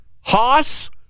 Hoss